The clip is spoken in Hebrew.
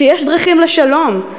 שיש דרכים לשלום.